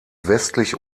westlich